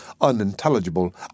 unintelligible